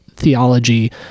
Theology